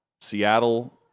Seattle